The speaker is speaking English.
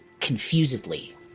confusedly